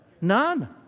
None